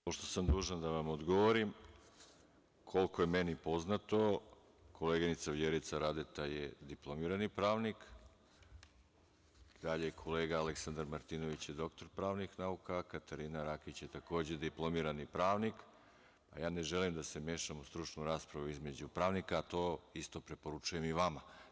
Pošto sam dužan da vam odgovorim, koliko je meni poznato, koleginica Vjerica Radeta je diplomirani pravnik, dalje, kolega Aleksandar Martinović je doktor pravnih nauka, Katarina Rakić je, takođe, diplomirani pravnik, a ja ne želim da se mešam u stručnu raspravu između pravnika, a to isto preporučujem i vama.